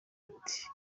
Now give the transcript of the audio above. ati